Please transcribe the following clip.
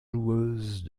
joueuse